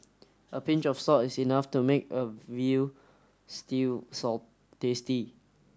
a pinch of salt is enough to make a veal stew tasty